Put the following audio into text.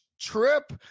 trip